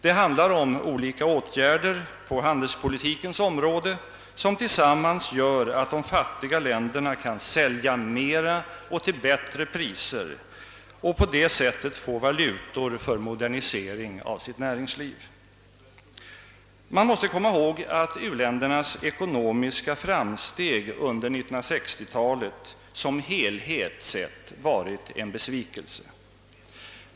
Det handlar om olika åtgärder på handelspolitikens område som tillsammans gör att de fattiga länderna kan sälja mera och till bättre priser och på detta sätt få valutor för modernisering av sitt näringsliv. Man måste komma ihåg att u-ländernas ekonomiska framsteg under 1960 talet som helhet sett varit en besvikelse.